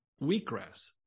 wheatgrass